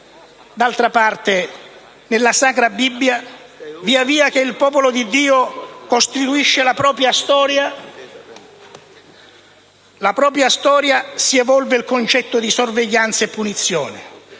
D'altra parte, nella Sacra Bibbia, via via che il popolo di Dio costruisce la propria storia, si evolve il concetto di sorveglianza e punizione,